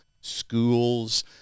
schools